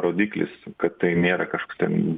rodiklis kad tai nėra kažkoks ten